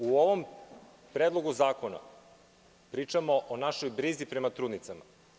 U ovom Predlogu zakona pričamo o našoj brizi prema trudnicama.